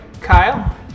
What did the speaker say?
Kyle